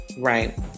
right